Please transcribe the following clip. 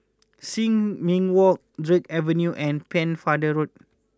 Sin Ming Walk Drake Avenue and Pennefather Road